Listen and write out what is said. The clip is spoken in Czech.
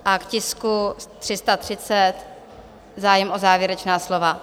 A k tisku 330 zájem o závěrečná slova?